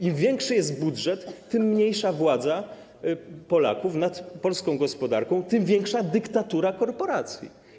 Im większy jest budżet, tym mniejsza władza Polaków nad polską gospodarką, tym większa dyktatura korporacji.